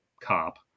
cop